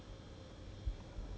I don't think it's worth it lor